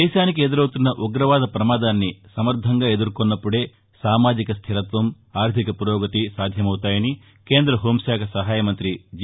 దేశానికి ఎదురవుతున్న ఉగ్రవాద ప్రమాదాన్ని సమర్దంగా ఎదుర్కొన్నప్పుదే సామాజిక స్టిరత్వం ఆర్దిక పురోగతి సాధ్యమవుతాయని కేంద్ర హాంశాఖ సహాయమంత్రి జి